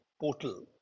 portal